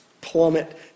plummet